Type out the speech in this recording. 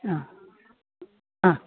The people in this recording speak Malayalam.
ആ ആ